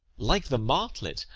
like the martlet,